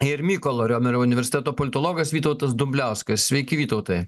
ir mykolo riomerio universiteto politologas vytautas dumbliauskas sveiki vytautai